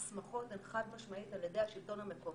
ההסמכות הן חד משמעית על ידי השלטון המקומי.